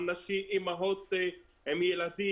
גם אימהות עם ילדים.